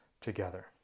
together